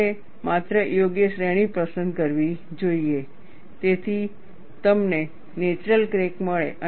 તમારે માત્ર યોગ્ય શ્રેણી પસંદ કરવી જોઈએ જેથી તમને નેચરલ ક્રેક મળે